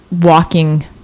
walking